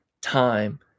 time